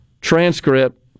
transcript